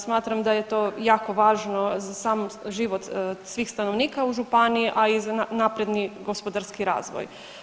Smatram da je to jako važno za sam život svih stanovnika u županiji, a i za napredni gospodarski razvoj.